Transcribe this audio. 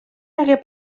hagué